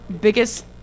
biggest